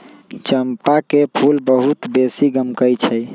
चंपा के फूल बहुत बेशी गमकै छइ